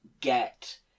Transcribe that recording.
get